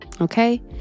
Okay